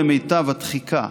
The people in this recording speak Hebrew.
למיטב התחיקה,